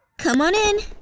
come on in.